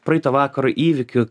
praeito vakaro įvykių